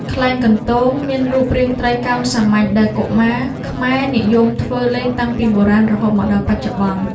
ខ្លែងកន្ទោង មានរូបរាងត្រីកោណសាមញ្ញ ដែលកុមារខ្មែរនិយមធ្វើលេងតាំងពីបុរាណរហូតមកដល់បច្ចុប្បន្ន។